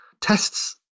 tests